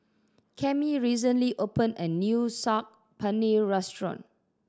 Cammie recently opened a new Saag Paneer Restaurant